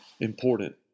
important